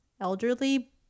elderly